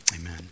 Amen